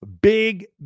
big